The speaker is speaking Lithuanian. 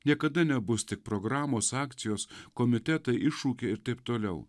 niekada nebus tik programos akcijos komitetai iššūkiai ir taip toliau